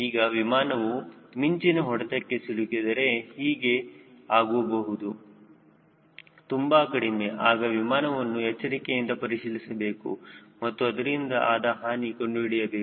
ಈಗ ವಿಮಾನವು ಮಿಂಚಿನ ಹೊಡೆತಕ್ಕೆ ಸಿಲುಕಿದರೆ ಹೀಗೆ ಆಗುವುದು ತುಂಬಾ ಕಡಿಮೆಆಗ ವಿಮಾನವನ್ನುಎಚ್ಚರಿಕೆಯಿಂದ ಪರಿಶೀಲಿಸಬೇಕು ಮತ್ತು ಅದರಿಂದ ಆದ ಹಾನಿಯನ್ನು ಕಂಡುಹಿಡಿಯಬೇಕು